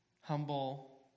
humble